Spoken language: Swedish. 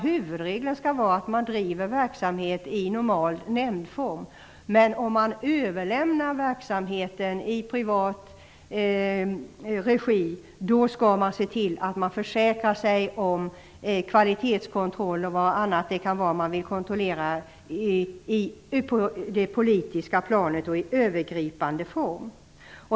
Huvudregeln skall vara att kommunerna driver verksamhet i normal nämndform, men om verksamheten överlämnas i privat regi skall man försäkra sig om att man kan göra kvalitetskontroller och andra kontroller på det politiska planet i övergripande form.